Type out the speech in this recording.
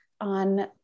on